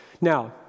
Now